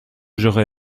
j’aurais